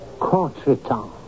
contretemps